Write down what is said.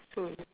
so